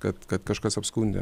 kad kad kažkas apskundė